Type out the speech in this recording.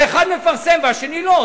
האחד מפרסם והשני לא?